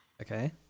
okay